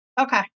Okay